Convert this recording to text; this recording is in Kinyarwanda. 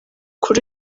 kuri